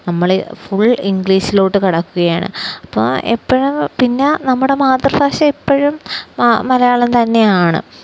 നമ്മള് ഫുൾ ഇംഗ്ലീഷിലേക്ക് കടക്കുകയാണ് അപ്പോള് എപ്പോഴും പിന്നെ നമ്മുടെ മാതൃഭാഷ എപ്പോഴും മലയാളം തന്നെയാണ്